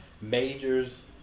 majors